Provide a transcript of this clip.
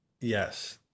yes